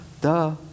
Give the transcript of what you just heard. duh